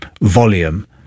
volume